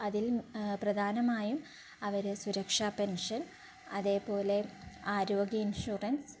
അതിൽ പ്രധാനമായും അവർ സുരക്ഷ പെൻഷൻ അതുപോലെ ആരോഗ്യ ഇൻഷുറൻസ്